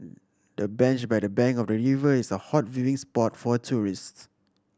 the bench by the bank of the river is a hot viewing spot for tourists